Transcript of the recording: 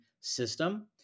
system